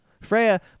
Freya